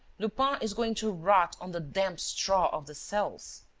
lupin is going to rot on the damp straw of the cells.